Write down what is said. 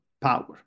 power